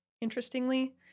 interestingly